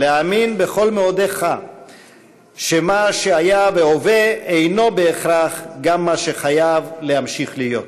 להאמין בכל מאודך שמה שהיה והווה אינו בהכרח גם מה שחייב להמשיך להיות.